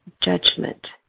judgment